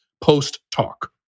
post-talk